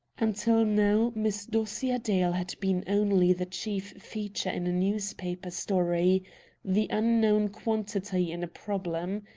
until now miss dosia dale had been only the chief feature in a newspaper story the unknown quantity in a problem.